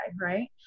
right